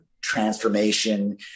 transformation